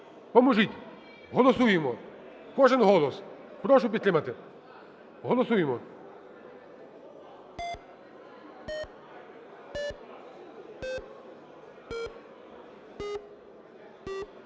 поможіть. Голосуємо, кожен голос, прошу підтримати, голосуємо.